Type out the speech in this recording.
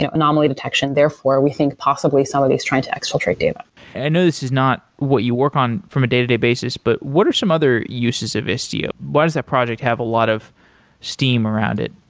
ah anomaly detection, therefore we think possibly somebody is trying to extract data i know this is not what you work on from a day-to-day basis, but what are some other uses of istio? why does that project have a lot of steam around it?